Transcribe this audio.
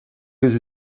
plus